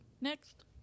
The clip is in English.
Next